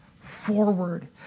forward